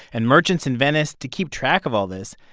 and merchants in venice, to keep track of all this,